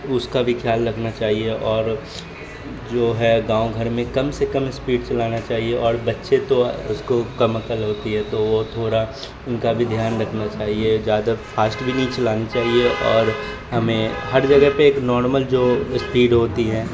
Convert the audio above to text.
اس کا بھی خیال رکھنا چاہیے اور جو ہے گاؤں گھر میں کم سے کم اسپیڈ چلانا چاہیے اور بچے تو اس کو کم عقل ہوتی ہے تو وہ تھوڑا ان کا بھی دھیان رکھنا چاہیے زیادہ فاسٹ بھی نہیں چلانی چاہیے اور ہمیں ہر جگہ پہ ایک نارمل جو اسپیڈ ہوتی ہے